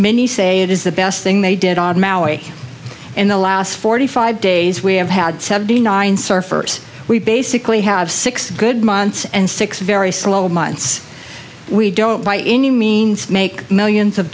many say it is the best thing they did in the last forty five days we have had seventy nine surfers we basically have six good months and six very slow months we don't by any means make millions of